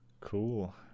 Cool